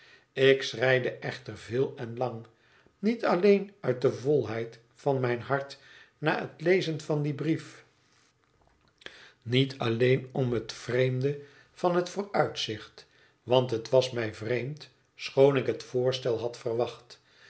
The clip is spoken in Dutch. ik schreide echter veel en lang niet alleen uit de volheid van mijn hart na het lezen van dien brief niet alleen om het vreemde van het vooruitzicht want het was mij vreemd schoon ik het voorstel had verwacht